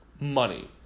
Money